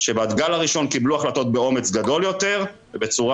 שבגל הראשון קיבלו החלטות באומץ גדול יותר ובצורה